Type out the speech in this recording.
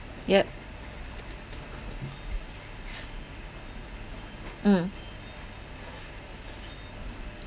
yup mm